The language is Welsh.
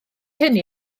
hynny